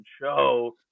show